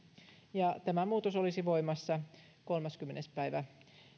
ja tämä muutos olisi voimassa kolmaskymmenes päivä